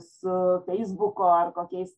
su feisbuko ar kokiais